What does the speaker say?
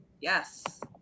Yes